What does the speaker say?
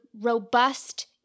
robust